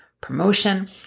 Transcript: promotion